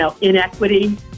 inequity